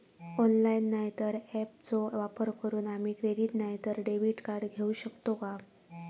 Online नाय तर ऍपचो वापर करून आम्ही क्रेडिट नाय तर डेबिट कार्ड घेऊ शकतो का?